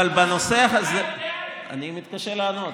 אבל בנושא הזה, אני מתקשה לענות.